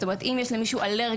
זאת אומרת אם יש למישהו אלרגיה,